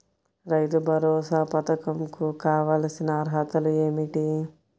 రైతు భరోసా పధకం కు కావాల్సిన అర్హతలు ఏమిటి?